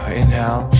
inhale